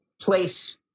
place